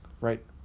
Right